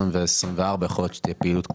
ב-2024 יכול להיות שתהיה פעילות קטנה.